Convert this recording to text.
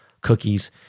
Cookies